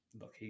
look